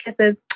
kisses